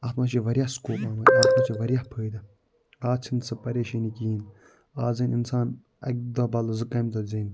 اَتھ منٛز چھِ واریاہ سکوپ اَتھ منٛز چھِ واریاہ فٲیِدٕ آز چھِنہٕ سُہ پریشٲنی کِہیٖنۍ آز آنہِ اِنسان اَکہِ دۄہ بدلہٕ زٕ کامہِ دۄہ زیٖنِتھ